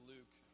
Luke